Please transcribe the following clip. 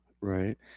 Right